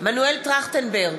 מנואל טרכטנברג,